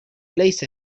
ليس